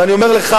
ואני אומר לך,